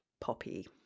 poppy